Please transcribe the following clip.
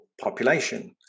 population